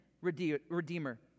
Redeemer